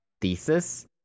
thesis